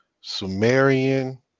Sumerian